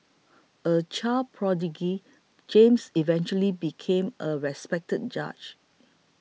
a child prodigy James eventually became a respected judge